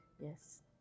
Yes